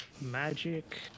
magic